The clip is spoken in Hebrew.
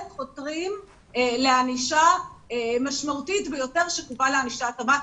חותרים לענישה משמעותית ביותר שכפופה לענישת המקסימום.